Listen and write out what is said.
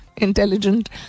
intelligent